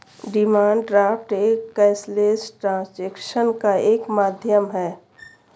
demand draft एक cashless transaction का एक माध्यम है